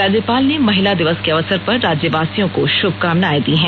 राज्यपाल ने महिला दिवस के अवसर पर राज्यवासियों को शुभकामनाए दी हैं